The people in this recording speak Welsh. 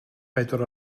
bedwar